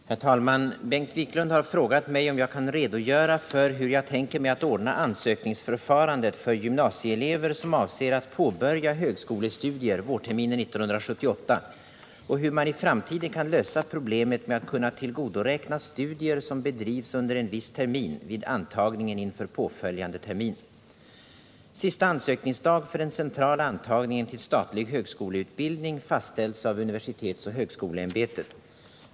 Herr talman! Bengt Wiklund har frågat mig om jag kan redogöra för hur jag tänker mig att ordna ansökningsförfarandet för gymnasieelever som avser att påbörja högskolestudier vårterminen 1978 och hur man i framtiden kan lösa problemet med att kunna tillgodoräkna studier som bedrivs under en viss termin vid antagningen inför påföljande termin. Sista ansökningsdag för den centrala antagningen till statlig högskoleutbildning fastställs av universitetsoch högskoleämbetet.